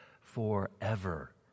forever